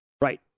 Right